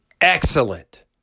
excellent